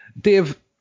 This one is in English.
dave